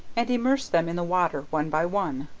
and immerse them in the water one by one,